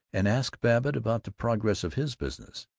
and asked babbitt about the progress of his business.